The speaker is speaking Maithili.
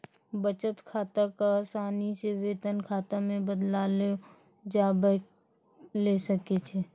बचत खाता क असानी से वेतन खाता मे बदललो जाबैल सकै छै